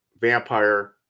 vampire